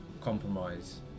compromise